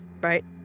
right